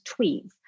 tweets